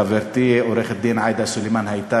חברתי עורכת-הדין עאידה סלימאן הייתה